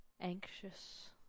anxious